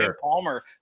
Palmer